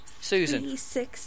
Susan